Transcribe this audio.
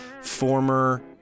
former